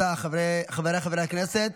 עתה, חברי הכנסת,